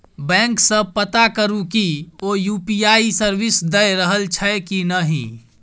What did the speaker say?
bank सँ पता करु कि ओ यु.पी.आइ सर्विस दए रहल छै कि नहि